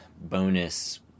bonus